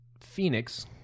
Phoenix